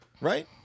right